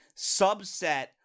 subset